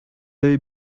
avais